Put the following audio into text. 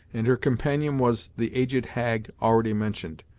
and her companion was the aged hag already mentioned.